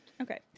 Okay